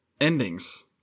endings